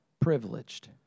privileged